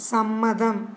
സമ്മതം